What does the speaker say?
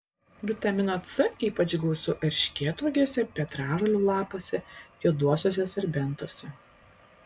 vitamino c ypač gausu erškėtuogėse petražolių lapuose juoduosiuose serbentuose